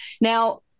Now